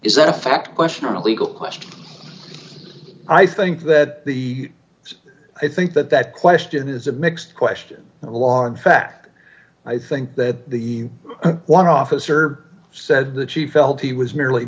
is that a fact question or a legal question i think that the i think that that question is mixed question in the law in fact i think that the one officer said that she felt he was merely